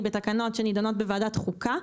היא בתקנות שנידונות בוועדת חוקה.